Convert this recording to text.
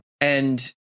And-